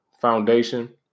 foundation